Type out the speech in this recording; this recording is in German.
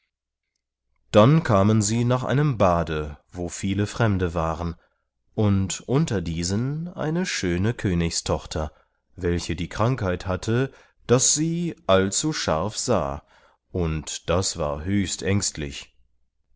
dann kamen sie nach einem bade wo viele fremde waren und unter diesen eine schöne königstochter welche die krankheit hatte daß sie allzu scharf sah und das war höchst ängstlich